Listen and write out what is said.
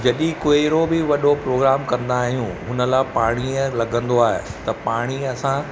जॾहिं कोई अहिड़ो बि प्रोग्राम कंदा आहियूं हुन लाइ पाणीअ लॻंदो आहे त पाणी असां